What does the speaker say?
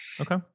Okay